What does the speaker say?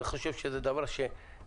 אני חושב שזה דבר שמתחייב.